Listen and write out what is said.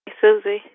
Susie